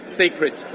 sacred